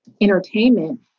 entertainment